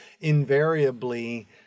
invariably